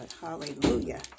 Hallelujah